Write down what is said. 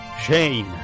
Shane